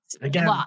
again